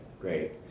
great